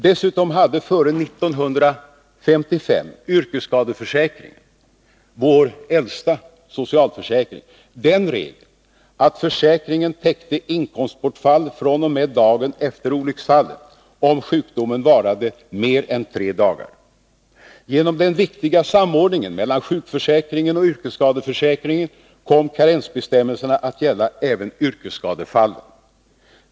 Dessutom hade före 1955 yrkesskadeförsäkringen — vår äldsta socialförsäkring — den regeln att försäkringen täckte inkomstbortfall fr.o.m. dagen efter olycksfallet, om sjukdomen varade mer än tre dagar. Genom den viktiga samordningen mellan sjukförsäkringen och yrkesskadeförsäkringen kom karensbestämmelserna att gälla även yrkesskadefallen.